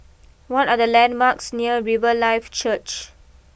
what are the landmarks near Riverlife Church